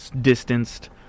distanced